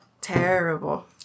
terrible